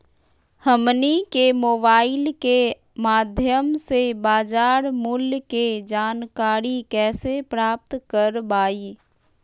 हमनी के मोबाइल के माध्यम से बाजार मूल्य के जानकारी कैसे प्राप्त करवाई?